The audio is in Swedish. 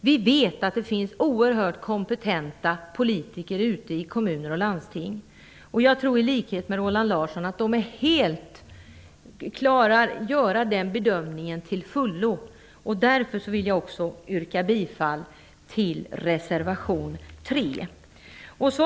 Vi vet att det finns oerhört kompetenta politiker ute i kommuner och landsting, och jag tror i likhet med Roland Larsson att de till fullo klarar att göra den här bedömningen. Jag vill därför också yrka bifall till reservation 3.